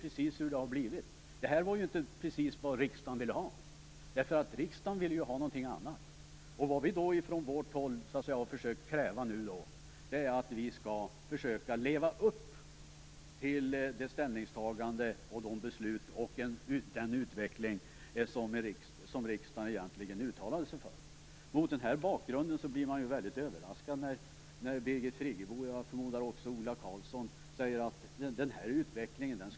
Riksdagen ville inte ha detta utan något annat. Vi har krävt att man skall försöka leva upp till det ställningstagande och den utveckling som riksdagen egentligen uttalade sig för. Mot den här bakgrunden blir man väldigt överraskad när Birgit Friggebo och, förmodar jag, också Ola Karlsson säger att vi bara skall låta den här utvecklingen fortgå.